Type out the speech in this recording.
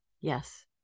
Yes